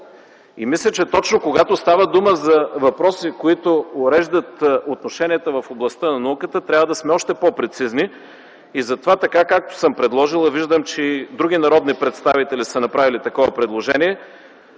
Мисля, че точно когато става дума за въпроси, които уреждат отношенията в областта на науката, трябва да сме още по-прецизни. Затова както съм предложил, а виждам, че и други народни представители са направили такова предложение,